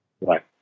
Right